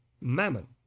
mammon